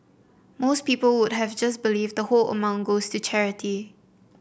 most people would have just believed the whole amount goes the charity